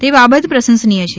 તે બાબત પ્રસંસનીય છે